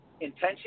intention